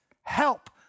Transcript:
Help